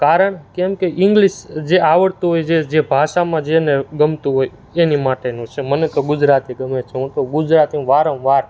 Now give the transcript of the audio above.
કારણ કેમ કે ઇંગ્લિશ જે આવડતું હોય જે જે ભાષામાં જેને ગમતું હોય એની માટેનું છે મને તો ગુજરાતી ગમે છે હું તો ગુજરાતીમાં વારંવાર